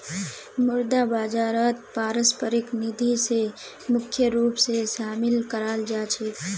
मुद्रा बाजारत पारस्परिक निधि स मुख्य रूप स शामिल कराल जा छेक